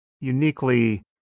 uniquely